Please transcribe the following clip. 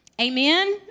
Amen